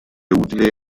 utile